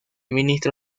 ministro